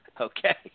Okay